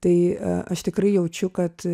tai aš tikrai jaučiu kad